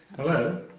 hello.